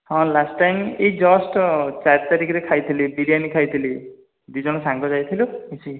ହଁ last time ଏହି just ଚାରି ତାରିଖରେ ଖାଇଥିଲି ବିରିୟାନି ଖାଇଥିଲି ଦୁଇ ଜଣ ସାଙ୍ଗ ଯାଇଥିଲୁ ମିଶିକି